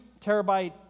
terabyte